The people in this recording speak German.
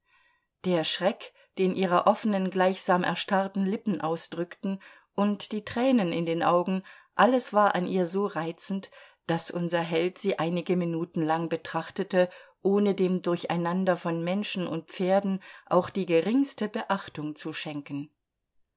der schreck den ihre offenen gleichsam erstarrten lippen ausdrückten und die tränen in den augen alles war an ihr so reizend daß unser held sie einige minuten lang betrachtete ohne dem durcheinander von menschen und pferden auch die geringste beachtung zu schenken